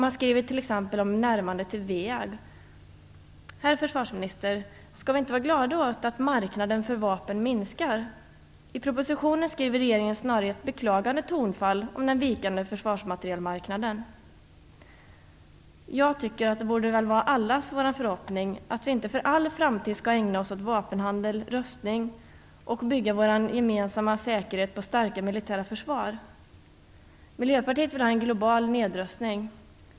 Man skriver t.ex. om ett närmande till WEAG. Herr försvarsminister! Skall vi inte vara glada åt att marknaden för vapen minskar? I propositionen skriver regeringen snarare i ett beklagande tonfall om den vikande försvarsmaterielmarknaden. Det borde väl vara allas vår förhoppning att vi inte för all framtid skall ägna oss åt vapenhandel och rustning och åt att bygga vår gemensamma säkerhet på starka militära försvar! Miljöpartiet vill ha en global nedrustning.